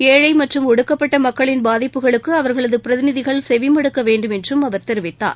ஏழை மற்றும் ஒடுக்கப்பட்ட மக்களின் பாதிப்புகளுக்கு அவர்களது பிரதிநிதிகள் செவிமடுக்கவேண்டும் என்றும் அவர் தெரிவித்தார்